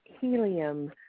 helium